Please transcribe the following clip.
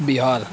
بہار